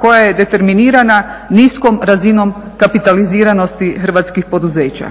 koja je determinirana niskom razinom kapitaliziranosti hrvatskih poduzeća.